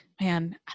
Man